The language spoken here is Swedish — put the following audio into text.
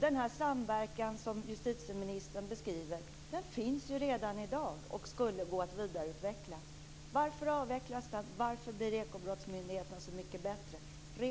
Den samverkan som justitieministern beskriver finns ju redan i dag och skulle gå att vidareutveckla. Varför avvecklas den? Varför, rent konkret, blir Ekobrottsmyndigheten så mycket bättre?